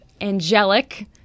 angelic